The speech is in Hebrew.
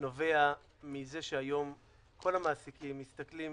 -- נובע מזה שהיום כל המעסיקים מסתכלים